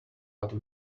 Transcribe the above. but